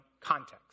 context